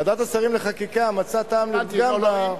ועדת השרים לחקיקה מצאה טעם לפגם --- הבנתי.